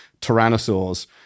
tyrannosaurs